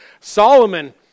Solomon